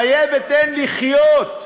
חיה ותן לחיות.